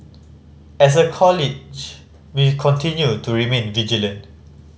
as a College we continue to remain vigilant